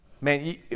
Man